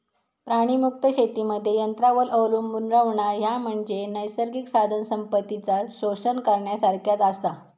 प्राणीमुक्त शेतीमध्ये यंत्रांवर अवलंबून रव्हणा, ह्या म्हणजे नैसर्गिक साधनसंपत्तीचा शोषण करण्यासारखाच आसा